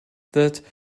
that